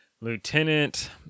Lieutenant